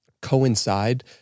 coincide